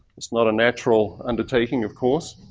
it's not a natural undertaking, of course.